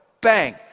Bang